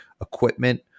equipment